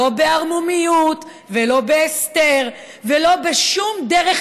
לא בערמומיות ולא בהסתר ולא בשום דרך